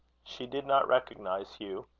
she did not recognize hugh.